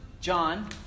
John